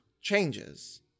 changes